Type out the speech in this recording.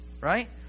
Right